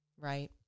right